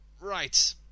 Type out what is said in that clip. Right